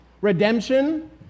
Redemption